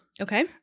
Okay